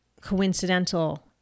coincidental